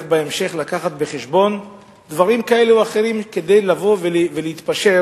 בהמשך להביא בחשבון דברים כאלה או אחרים כדי לבוא ולהתפשר,